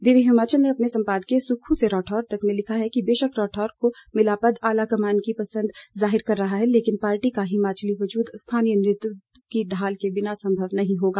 दिव्य हिमाचल ने अपने सम्पादकीय सुक्खू से राठौर तक में लिखा है कि बेशक राठौर को मिला पद आलाकमान की पंसद जाहिर कर रहा है लेकिन पार्टी का हिमाचली वजूद स्थानीय नेतृत्व की ढाल के बिना संभव नहीं होगा